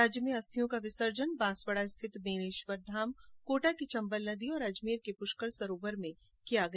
राज्य में अस्थियों का विसर्जन बांसवाडा स्थित बेणेश्वर धाम कोटा की चम्बल नदी और अजमेर के पृष्कर सरोवर में किया गया